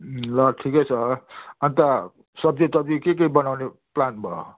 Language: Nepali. ल ठिकै छ अन्त सब्जीटब्जी के के बनाउने प्लान भयो